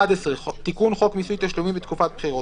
תיקון חוק מיסוי תשלומים בתקופת בחירות